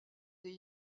des